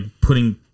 putting